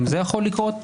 גם זה יכול לקרות,